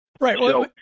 Right